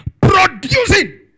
producing